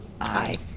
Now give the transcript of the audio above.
aye